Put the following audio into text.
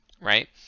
right